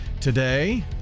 today